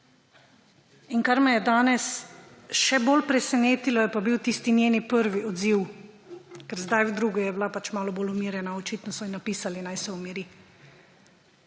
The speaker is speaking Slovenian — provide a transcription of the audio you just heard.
In kar me je danes še bolj presenetilo, je pa bil tisti njeni prvi odziv, ker zdaj, v drugo, je bila pač malo bolj umirjena, očitno so ji napisali, naj se umiri.